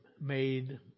made